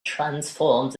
transforms